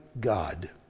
God